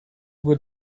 would